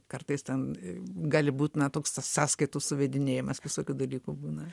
kartais ten gali būt na toks tas sąskaitų suvedinėjimas visokių dalykų būna